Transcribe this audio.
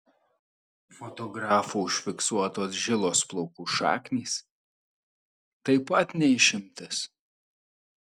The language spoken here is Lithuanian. fotografų užfiksuotos žilos plaukų šaknys taip pat ne išimtis